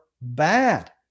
bad